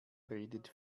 redet